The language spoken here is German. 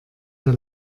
der